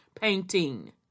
painting